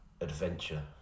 adventure